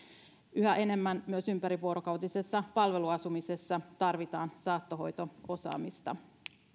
yhä enemmän myös ympärivuorokautisessa palveluasumisessa tarvitaan saattohoito osaamista